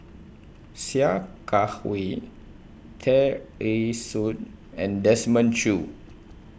Sia Kah Hui Tear Ee Soon and Desmond Choo